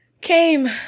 came